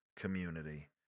community